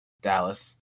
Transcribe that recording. Dallas